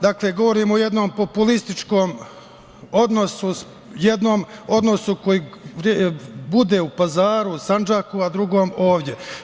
Dakle, govorimo jednom populističkom odnosu, jednom odnosu koji bude u Pazaru, Sandžaku, a drugom ovde.